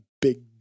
big